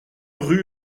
rue